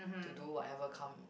to do whatever come